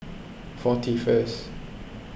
forty first